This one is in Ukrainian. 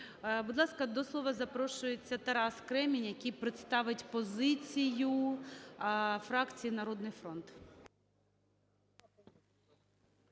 Будь ласка, до слова запрошується Тарас Кремінь, який представить позицію фракції "Народний фронт".